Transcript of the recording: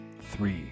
Three